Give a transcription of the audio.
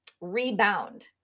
rebound